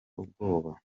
ubwoba